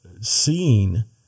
seeing